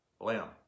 lamb